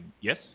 Yes